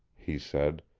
he said,